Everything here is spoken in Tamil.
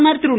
பிரதமர் திரு